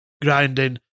grinding